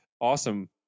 Awesome